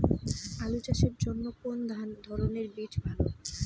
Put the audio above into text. আলু চাষের জন্য কোন ধরণের বীজ ভালো?